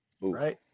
Right